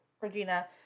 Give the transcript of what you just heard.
Regina